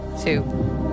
Two